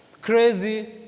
crazy